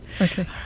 Okay